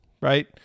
right